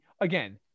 again